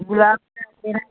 गुलाब का